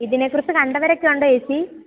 ഇതിനെക്കുറിച്ച് കണ്ടവരൊക്കെ ഉണ്ടോ ചേച്ചീ